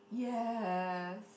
yes